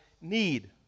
need